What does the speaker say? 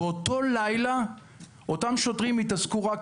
באותו לילה אותם שוטרים התעסקו רק